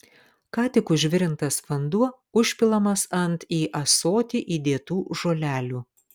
ką tik užvirintas vanduo užpilamas ant į ąsotį įdėtų žolelių